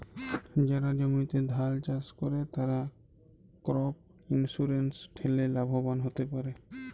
যারা জমিতে ধাল চাস করে, তারা ক্রপ ইন্সুরেন্স ঠেলে লাভবান হ্যতে পারে